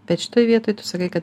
bet šitoj vietoj tu sakai kad